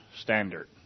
standard